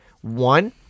one